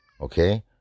Okay